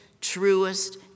truest